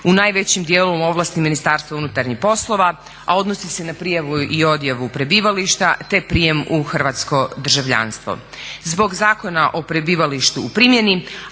u najvećem dijelu u ovlasti Ministarstva unutarnjih poslova, a odnosi se na prijavu i odjavu prebivališta, te prijem u hrvatsko državljanstvo. Zbog Zakona o prebivalištu u primjeni,